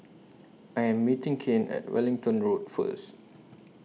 I Am meeting Kane At Wellington Road First